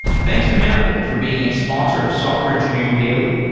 thanks to manifold for being a sponsor of software engineering daily,